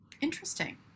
Interesting